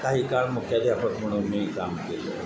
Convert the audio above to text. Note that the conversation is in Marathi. काही काळ मुख्याध्यापक म्हणून मी काम केलं